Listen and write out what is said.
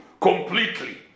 completely